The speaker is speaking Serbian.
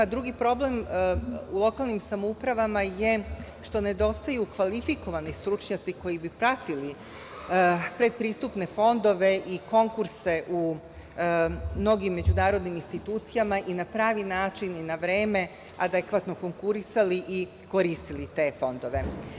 Drugi problem u lokalnim samoupravama je što nedostaju kvalifikovani stručnjaci koji bi pratili pretpristupne fondove i konkurse u mnogim međunarodnim institucijama i na pravi način i na vreme adekvatno konkurisali i koristili te fondove.